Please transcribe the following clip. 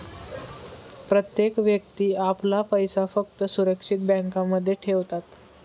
प्रत्येक व्यक्ती आपला पैसा फक्त सुरक्षित बँकांमध्ये ठेवतात